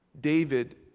David